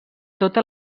tota